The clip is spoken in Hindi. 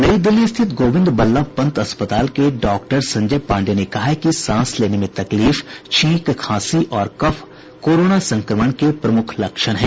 नई दिल्ली स्थित गोविंद बल्लभ पंत अस्पताल के डॉक्टर संजय पांडेय ने कहा कि सांस लेने में तकलीफ छींक खांसी और कफ कोरोना संक्रमण के प्रमुख लक्षण हैं